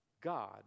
God